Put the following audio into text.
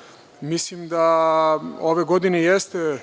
sobom. Mislim da ove godine jeste